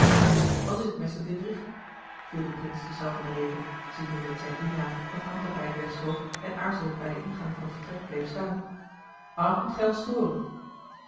wat is t meester dietrich viel de prins zich zelf in de rede ziende dat zijn dienaar het hangtapijt wegschoof en aarzelend bij den ingang van het vertrek bleef staan waarom komt gij ons storen